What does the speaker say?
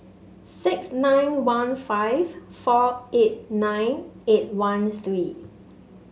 six nine one five four eight nine eight one three